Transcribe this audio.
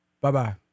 bye-bye